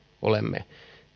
olemme